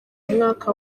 mwaka